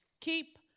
keep